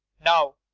now,